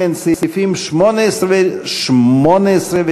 לכן סעיפים 18 ו-19,